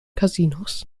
casinos